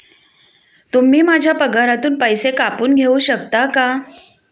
तुम्ही माझ्या पगारातून पैसे कापून घेऊ शकता का?